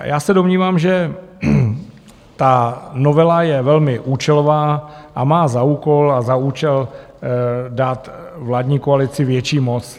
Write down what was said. Já se domnívám, že ta novela je velmi účelová a má za úkol a za účel dát vládní koalici větší moc.